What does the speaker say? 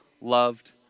loved